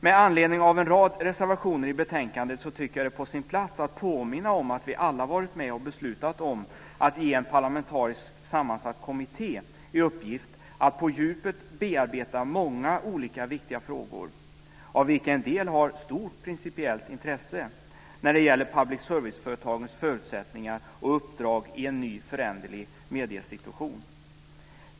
Med anledning av en rad reservationer i betänkandet tycker jag att det är på sin plats att påminna om att vi alla har varit med och beslutat om att ge en parlamentariskt sammansatt kommitté i uppgift att på djupet bearbeta många olika viktiga frågor, av vilka en del har stort principiellt intresse, när det gäller public service-företagens förutsättningar och uppdrag i en ny föränderlig mediesituation.